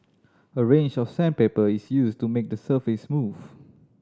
a range of sandpaper is used to make the surface smooth